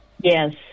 Yes